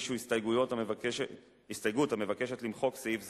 הגישו הסתייגות המבקשת למחוק סעיף זה,